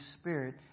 Spirit